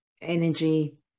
energy